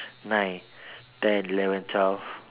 nine ten eleven twelve